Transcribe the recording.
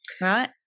right